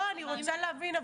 לא, אני רוצה להבין.